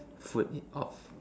food of